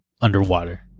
underwater